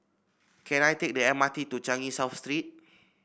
can I take the M R T to Changi South Street